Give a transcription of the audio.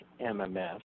MMS